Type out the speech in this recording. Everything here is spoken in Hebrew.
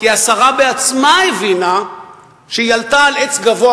כי השרה בעצמה הבינה שהיא עלתה על עץ גבוה